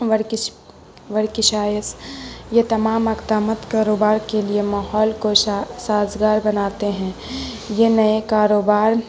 ورکش ورکشس یہ تمام اقدامات کاروبار کے لیے ماحول کو سازگار بناتے ہیں یہ نئے کاروبار